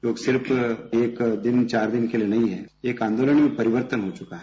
वो सिर्फ एक दिन चार दिन के लिए नहीं है एक आन्दोलन में परिवर्तन हो चुका है